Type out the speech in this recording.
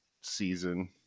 season